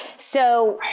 so